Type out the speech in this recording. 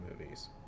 movies